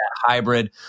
hybrid